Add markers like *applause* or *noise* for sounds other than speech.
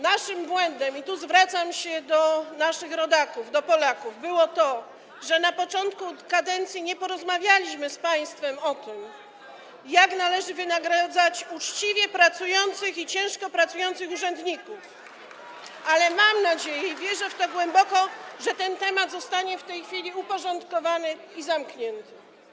Naszym błędem, i tu zwracam się do naszych rodaków, do Polaków, było to, że na początku kadencji nie porozmawialiśmy z państwem o tym, jak należy wynagradzać uczciwe i ciężko pracujących urzędników, *applause* ale mam nadzieję i wierzę w to głęboko, że ten temat zostanie w tej chwili uporządkowany i zamknięty.